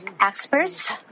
experts